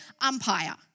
umpire